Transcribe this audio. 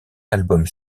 albums